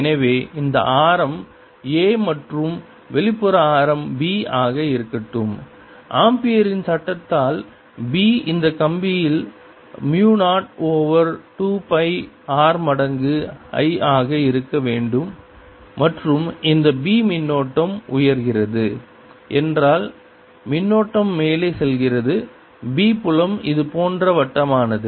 எனவே இந்த ஆரம் a மற்றும் வெளிப்புற ஆரம் b ஆக இருக்கட்டும் ஆம்பியரின் சட்டத்தால் B இந்த கம்பியில் மு 0 ஓவர் 2 பை r மடங்கு I ஆக இருக்க வேண்டும் மற்றும் இந்த b மின்னோட்டம் உயர்கிறது என்றால் மின்னோட்டம் மேலே செல்கிறது b புலம் இது போன்ற வட்டமானது